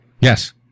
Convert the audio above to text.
Yes